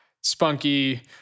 Spunky